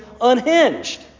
unhinged